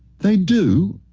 they do.